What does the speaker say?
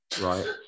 right